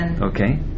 Okay